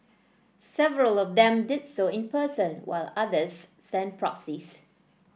several of them did so in person while others sent proxies